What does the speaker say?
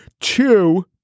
Two